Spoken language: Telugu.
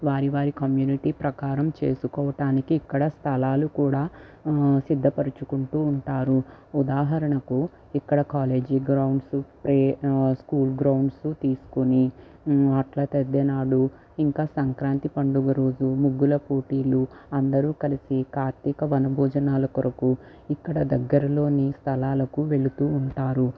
వారి వారి కమ్యూనిటీ ప్రకారం చేసుకోవటానికి ఇక్కడ స్థలాలు కూడా సిద్ధపరుచుకుంటూ ఉంటారు ఉదాహరణకు ఇక్కడ కాలేజీ గ్రౌండ్స్ ప్రే స్కూల్ గ్రౌండ్స్ తీసుకొని అట్లతద్దినాడు ఇంకా సంక్రాంతి పండుగ రోజు ముగ్గుల పోటీలు అందరూ కలిసి కార్తీక వనభోజనాల కొరకు ఇక్కడ దగ్గరలోని స్థలాలకు వెళుతూ ఉంటారు